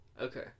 Okay